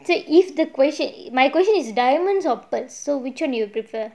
so if the question my question is diamonds or pearls so which [one] you prefer